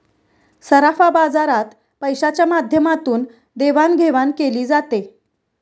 सराफा बाजारात पैशाच्या माध्यमातून देवाणघेवाण केली जाते